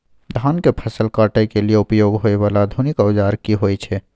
धान के फसल काटय के लिए उपयोग होय वाला आधुनिक औजार की होय छै?